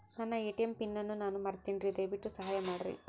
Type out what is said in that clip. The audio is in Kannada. ನನ್ನ ಎ.ಟಿ.ಎಂ ಪಿನ್ ಅನ್ನು ನಾನು ಮರಿತಿನ್ರಿ, ದಯವಿಟ್ಟು ಸಹಾಯ ಮಾಡ್ರಿ